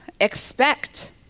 expect